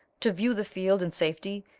to view the field in safety,